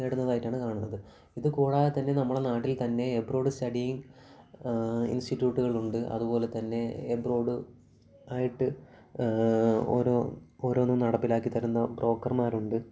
നേടുന്നതായിട്ടാണ് കാണുന്നത് ഇതുകൂടാതെ തന്നെ നമ്മുടെ നാട്ടിൽ തന്നെ എബ്രോഡ് സ്റ്റഡിയിങ് ഇൻസ്റ്റിട്യൂട്ടുകളുണ്ട് അതുപോലെ തന്നെ എബ്രോഡ് ആയിട്ട് ഓരോ ഓരോന്ന് നടപ്പിലാക്കിത്തരുന്ന ബ്രോക്കർമാരുണ്ട്